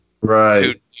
Right